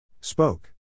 Spoke